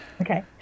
Okay